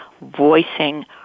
voicing